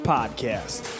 Podcast